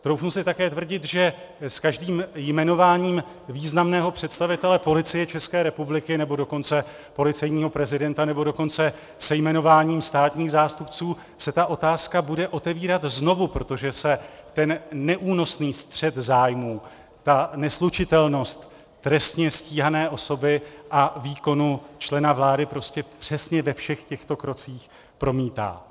Troufnu si také tvrdit, že s každým jmenováním významného představitele Policie České republiky, nebo dokonce policejního prezidenta, nebo dokonce se jmenováním státních zástupců se ta otázka bude otevírat znovu, protože se ten neúnosný střet zájmů, ta neslučitelnost trestně stíhané osoby a výkonu člena vlády prostě přesně ve všech těchto krocích promítá.